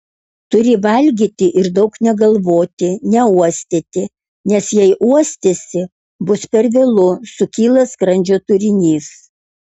turi valgyti ir daug negalvoti neuostyti nes jei uostysi bus per vėlu sukyla skrandžio turinys